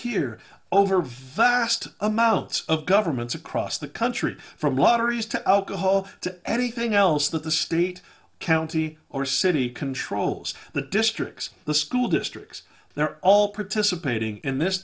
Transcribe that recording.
here over vast amounts of governments across the country from lotteries to alcohol to anything else that the state county or city controls the districts the school districts they're all participating in this